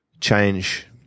change